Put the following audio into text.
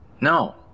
no